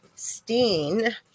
stein